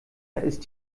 ist